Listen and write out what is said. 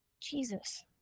Jesus